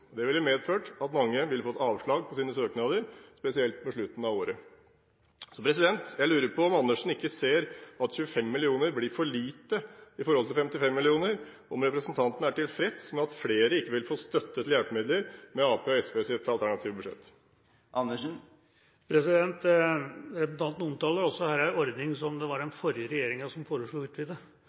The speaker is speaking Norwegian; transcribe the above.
Det ville medført at mange ville fått avslag på sine søknader, spesielt på slutten av året. Jeg lurer på om representanten Andersen ikke ser at 25 mill. kr blir for lite i forhold til 55 mill. kr, og om representanten er tilfreds med at flere ikke vil få støtte til hjelpemidler med Arbeiderpartiets og SVs alternative budsjett. Representanten omtaler her en ordning som den forrige regjeringa foreslo å utvide,